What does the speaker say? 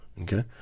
Okay